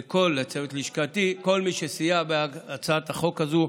לצוות לשכתי ולכל מי שסייע בהצעת החוק הזאת.